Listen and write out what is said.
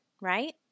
Right